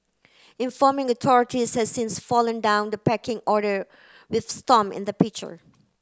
informing authorities has since fallen down the pecking order with Stomp in the picture